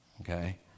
okay